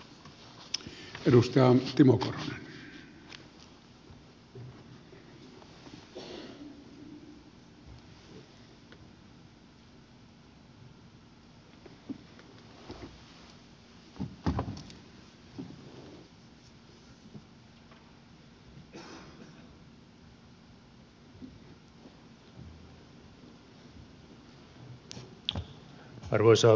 arvoisa puhemies